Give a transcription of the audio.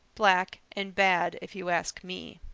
black, and bad, if you ask me.